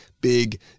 big